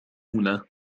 هنا